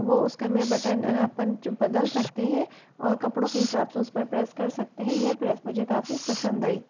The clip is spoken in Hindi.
वो उसके में बटन अपन बदल सकते हैं और कपड़ों के हिसाब से उस पर प्रेस कर सकते हैं यह प्रेस मुझे काफ़ी पसंद आई